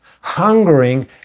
hungering